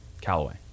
Callaway